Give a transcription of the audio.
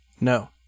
No